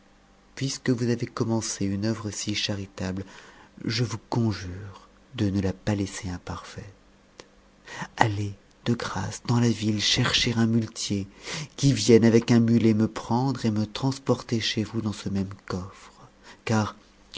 puisque vous avez commencé une œuvre si charitable je vous conjure de ne la pas laisser imparfaite allez de grâce dans la ville chercher un muletier qui vienne avec un mulet me prendre et me transporter chez vous dans ce même coffre car